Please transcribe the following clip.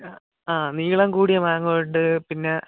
ആ നീളം കൂടിയ മാങ്കോ ഉണ്ട് പിന്നെ